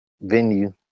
venue